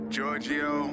Giorgio